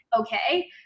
okay